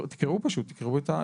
תקראו פשוט, תקראו.